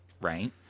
right